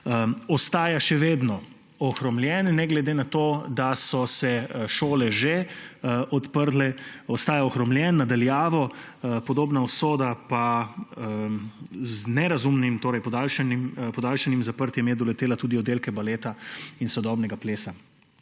ostaja še vedno ohromljen, ne glede na to, da so se šole že odprle. Ostaja ohromljen, na daljavo. Podobna usoda pa je z nerazumnim podaljšanim zaprtjem doletela tudi oddelke baleta in sodobnega plesa